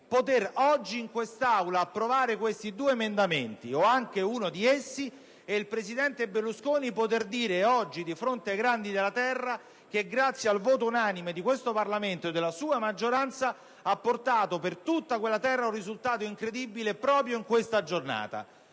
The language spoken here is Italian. oggi in quest'Aula questi due emendamenti o anche uno di essi. Il presidente Berlusconi potrebbe dire, di fronte ai Grandi della Terra, che grazie al voto unanime di questo Parlamento e della sua maggioranza ha portato per tutta quella terra un risultato incredibile, proprio in questa giornata.